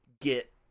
get